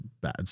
bad